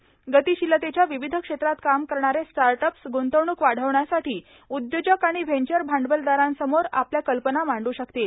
र्गातशीलतेच्या विविध क्षेत्रात काम करणारे स्टाटअप्स गुंतवणूक वार्ढावण्यासाठी उद्योजक आर्गाण व्हचर भांडवलदारांसमोर आपल्या कल्पना मांडू शकतील